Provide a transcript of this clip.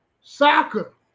soccer